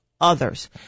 others